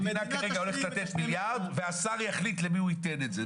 המדינה כרגע הולכת לתת מיליארד והשר יחליט למי הוא ייתן את זה.